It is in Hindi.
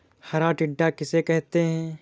हरा टिड्डा किसे कहते हैं?